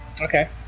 Okay